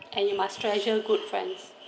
and you must treasure good friends